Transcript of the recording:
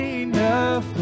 enough